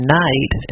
night